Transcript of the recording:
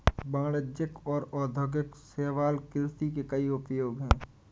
वाणिज्यिक और औद्योगिक शैवाल कृषि के कई उपयोग हैं